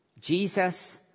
Jesus